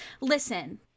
listen